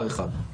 הערה שנייה,